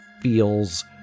feels